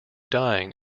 dying